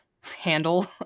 handle